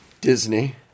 Disney